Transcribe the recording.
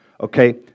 Okay